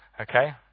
Okay